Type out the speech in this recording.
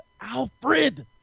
alfred